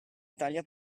italia